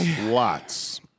Lots